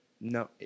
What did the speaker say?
No